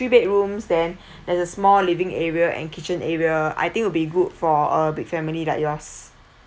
bedrooms then has a small living area and kitchen area I think would be good for a big family like yours